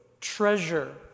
treasure